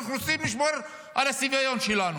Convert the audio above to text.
ואנחנו רוצים לשמור על הצביון שלנו.